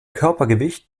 körpergewicht